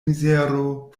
mizero